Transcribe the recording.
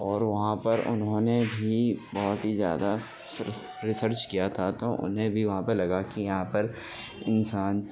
اور وہاں پر انہوں نے بھی بہت ہی زیادہ ریسرچ کیا تھا تو انہیں بھی وہاں پہ لگا کہ یہاں پر انسان